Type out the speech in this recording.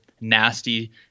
nasty